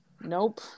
Nope